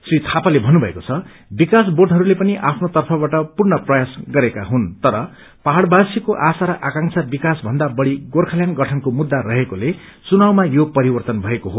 श्री थापाले भन्नुभएको छ विकास बोर्डहस्ले पनि आफ्नो तर्फबाट पूर्ण प्रयास गरेका हुन् तर पङाङवासीको आशा र आकांशा विकासभन्दा बढ़ी गोर्खाल्पाण्ड गठनको मुद्दा रहेकोले चुनावमा यो परिवर्तन भएको हो